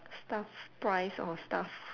staff price or staff